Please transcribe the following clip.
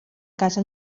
casa